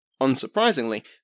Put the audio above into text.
Unsurprisingly